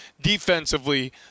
defensively